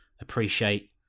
appreciate